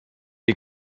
die